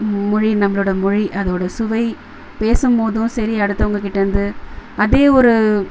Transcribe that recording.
மொழி நம்மளோடய மொழி அதோடய சுவை பேசும்போதும் சரி அடுத்தவங்கக்கிட்டேருந்து அதே ஒரு